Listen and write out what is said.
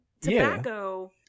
tobacco